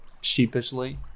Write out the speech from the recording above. sheepishly